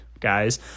guys